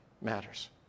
matters